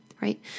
right